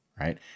right